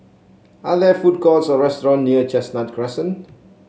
are there food courts or restaurant near Chestnut Crescent